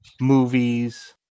movies